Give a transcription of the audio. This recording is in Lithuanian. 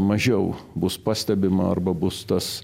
mažiau bus pastebima arba bus tas